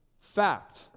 fact